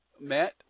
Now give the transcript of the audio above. Matt